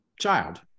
child